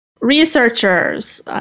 researchers